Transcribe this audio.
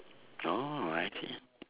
oh I see